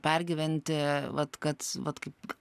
pergyventi vat kad vat kaip